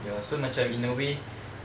so macam in a way